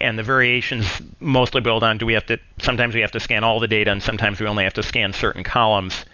and the variations mostly build on do we have to sometimes we have to scan all the data and sometimes we only have to scan certain columns.